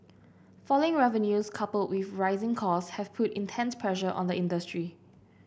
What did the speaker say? falling revenues coupled with rising cost have put intense pressure on the industry